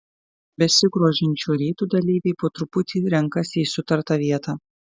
besigrožint šiuo rytu dalyviai po truputį renkasi į sutartą vietą